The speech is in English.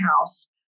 house